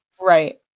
Right